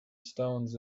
stones